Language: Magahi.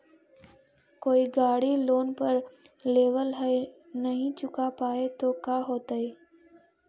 कोई गाड़ी लोन पर लेबल है नही चुका पाए तो का होतई?